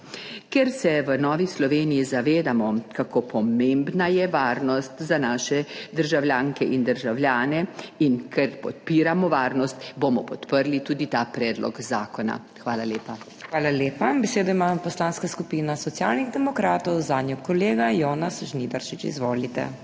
Ker se v Novi Sloveniji zavedamo, kako pomembna je varnost za naše državljanke in državljane, in ker podpiramo varnost, bomo podprli tudi ta predlog zakona. Hvala lepa. PODPREDSEDNICA MAG. MEIRA HOT: Hvala lepa. Besedo ima Poslanska skupina Socialnih demokratov, zanjo kolega Jonas Žnidaršič. Izvolite.